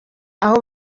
aho